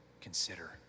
consider